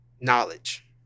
knowledge